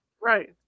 Right